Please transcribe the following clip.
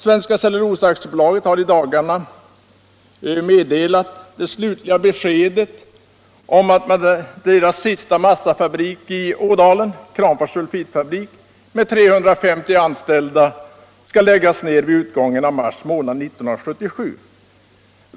Svenska Cellulosa AB, SCA, har i dagarna meddelat det slutliga beskedet, att dess sista massafabrik i Ådalen, Kramfors sulfitfabrik, med 350 anställda skall läggas ned vid utgången av mars månad 1977.